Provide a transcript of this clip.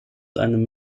einem